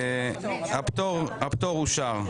הצבעה אושר.